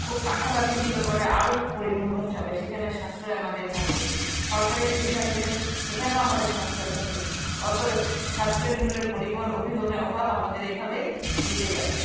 খুব কাছাকাছি নিলে পরে আরও পরিবহন খরচা হবে সেখানে সাশ্রয় আমাদের থাকবে সরকারি সুবিধা নিলে সেখানেও আমাদের সাশ্রয় থাকবে অতএব সাশ্রয় মূল্যের পরিবহন অভিগমনের অভাব আমাদের এইভাবেই মিটে যাবে